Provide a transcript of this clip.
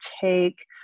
take